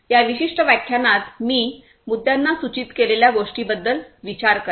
या विशिष्ट व्याख्यानात मी मुद्यांना सूचित केलेल्या गोष्टींबद्दल विचार करा